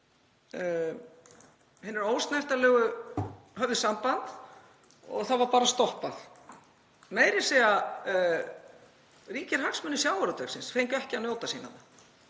Hinir ósnertanlegu höfðu samband og það var bara stoppað. Meira að segja ríkir hagsmunir sjávarútvegsins fengu ekki að njóta sín þarna.